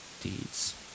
deeds